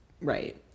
Right